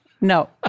no